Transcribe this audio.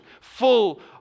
full